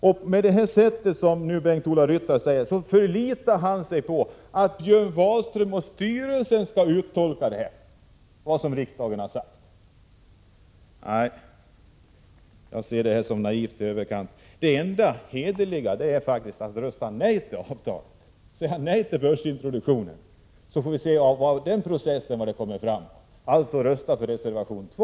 På det här sättet förlitar sig Bengt-Ola Ryttar på att Björn Wahlström och styrelsen skall uttolka vad riksdagen har sagt. Jag ser det som naivt i överkant. Det enda hederliga är faktiskt att rösta nej till avtalet, att säga nej till börsintroduktion, så får vi se vad som kommer fram av den processen. Man bör alltså rösta för reservation 2.